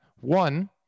One